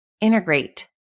integrate